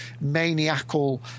maniacal